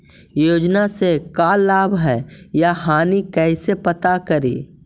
योजना से का लाभ है या हानि कैसे पता करी?